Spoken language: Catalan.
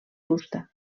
fusta